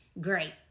Great